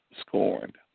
scorned